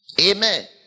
Amen